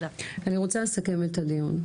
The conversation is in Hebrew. אני רוצה לסכם את הדיון.